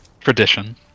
Tradition